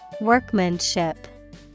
Workmanship